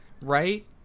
right